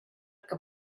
que